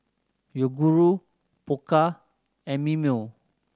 Yoguru Pokka and Mimeo